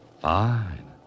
Fine